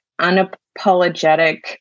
unapologetic